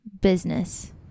business